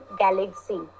galaxy